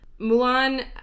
Mulan